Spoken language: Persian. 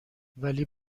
ولی